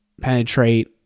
penetrate